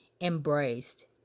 embraced